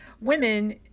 women